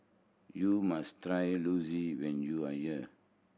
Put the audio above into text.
you must try Zosui when you are here